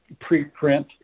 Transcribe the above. preprint